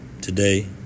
today